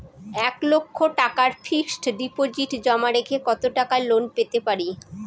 এক লক্ষ টাকার ফিক্সড ডিপোজিট জমা রেখে কত টাকা লোন পেতে পারি?